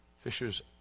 fishers